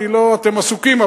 אתם עסוקים,